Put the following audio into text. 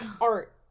art